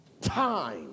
time